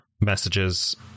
messages